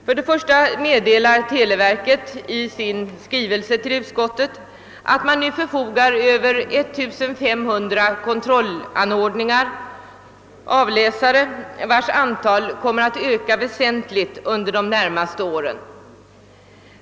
För det första meddelar televerket i sin skrivelse till utskottet att man nu förfogar över 1500 kontroll 2vläsare, vilkas antal kommer att öka väsentligt under de närmaste åren.